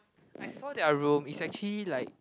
I saw their room it's actually like